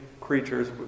creatures